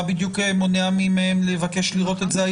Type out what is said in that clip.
מה בדיוק מונע מהן היום לבקש לראות את זה?